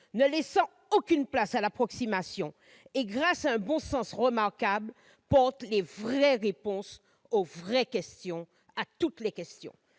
ne laissant aucune place à l'approximation. Grâce à un bon sens remarquable, il porte les vraies réponses aux vraies questions, à toutes les questions.